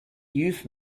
youth